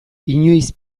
inoiz